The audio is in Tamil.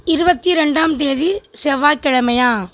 இருபத்தி ரெண்டாம் தேதி செவ்வாய்கிழமையா